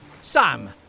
Sam